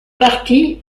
partit